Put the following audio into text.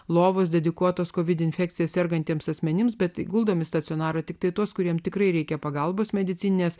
lovos dedikuotos kovinių infekcija sergantiems asmenims bet guldomi stacionaro tiktai tuos kuriems tikrai reikia pagalbos medicininės